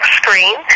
screen